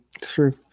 True